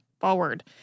forward